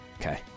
Okay